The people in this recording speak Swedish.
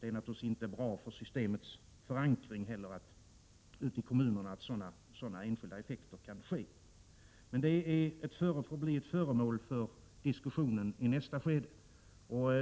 Det är naturligtvis inte heller bra för systemets förankring i kommunerna att sådana effekter kan uppstå i enskilda fall. Men vilka åtgärder man bör vidta på detta område får bli föremål för diskussionen i nästa skede.